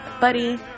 Buddy